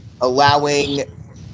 allowing